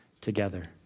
together